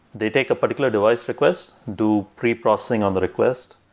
they take a particular device request, do preprocessing on the request,